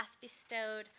bestowed